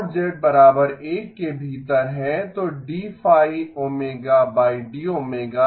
1 के भीतर हैं तो